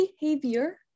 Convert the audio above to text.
behavior